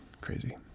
crazy